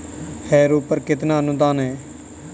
Harrow पर कितना अनुदान है?